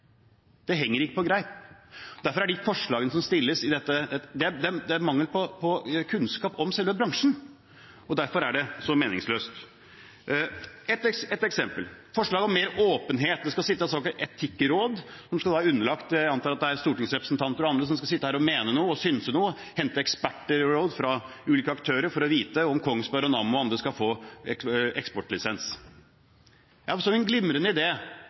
Det henger ikke på greip. Derfor er det, ut fra de forslagene som stilles, mangel på kunnskap om selve bransjen, og derfor er det så meningsløst. Et eksempel er forslaget om mer åpenhet. Det skal settes ned et såkalt etikkråd som skal være underlagt dette. Jeg antar det er stortingsrepresentanter og andre som skal sitte der og mene noe og synse noe, hente ekspertråd fra ulike aktører for å få vite om Kongsberg, Nammo og andre skal få eksportlisens. Det har oppstått en glimrende